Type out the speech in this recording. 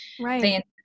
right